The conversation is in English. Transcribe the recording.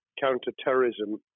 counter-terrorism